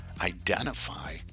identify